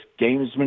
gamesmanship